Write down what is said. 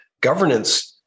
governance